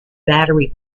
battery